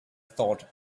thought